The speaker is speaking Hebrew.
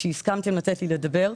שהסכמתם לתת לי לדבר.